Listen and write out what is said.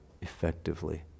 effectively